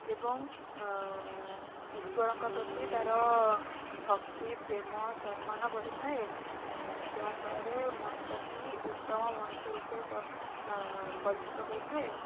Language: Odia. ଏବଂ ଈଶ୍ୱରଙ୍କ ପ୍ରତି ତାର ଭକ୍ତି ପ୍ରେମ ସମ୍ମାନ ବଢ଼ିଥାଏ ଯାହାଫଳରେ ମଣିଷଟି ଉତ୍ତମ ମଣିଷ ରୂପେ ପରିଚିତ ହୋଇଥାଏ